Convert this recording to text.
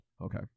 okay